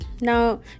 Now